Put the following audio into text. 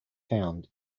found